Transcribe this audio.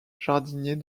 jardinier